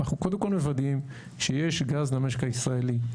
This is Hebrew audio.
אנחנו קודם כל מוודאים שיש גז למשק הישראלי.